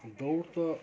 दौड त